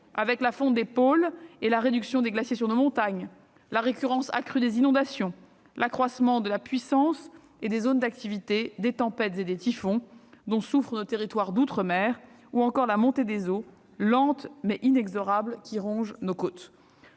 aussi la fonte des pôles et la réduction des glaciers sur nos montagnes, la récurrence accrue des inondations, l'accroissement de la puissance et des zones d'activité des tempêtes et des typhons, dont souffrent nos territoires d'outre-mer, ou encore la montée des eaux, lente, mais inexorable, qui ronge nos côtes.